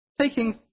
taking